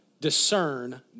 Discern